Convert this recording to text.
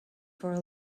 for